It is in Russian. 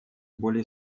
более